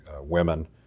women